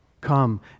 come